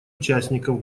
участников